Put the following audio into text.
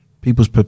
people's